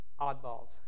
oddballs